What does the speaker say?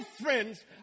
friends